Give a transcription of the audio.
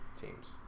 teams